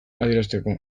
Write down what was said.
adierazteko